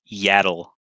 Yaddle